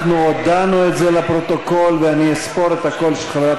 אנחנו הודענו את זה לפרוטוקול ואני אספור את הקול של חברת